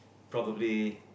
probably